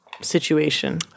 situation